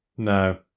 No